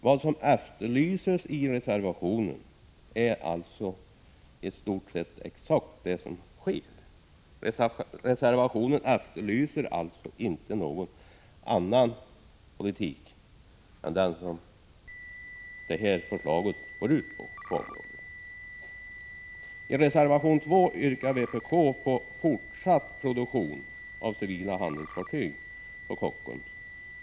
Vad som efterlyses i reservationen är alltså i stort sett det som sker. I reservationen efterlyses alltså inte någon annan politik på området än den som förslaget i propositionen går ut på. I reservation 2 yrkar vpk på fortsatt produktion av civila handelsfartyg vid Kockums.